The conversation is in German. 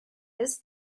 ist